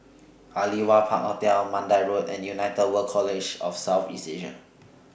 Aliwal Park Hotel Mandai Road and United World College of South East Asia